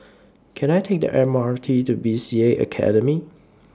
Can I Take The M R T to B C A Academy